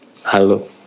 Hello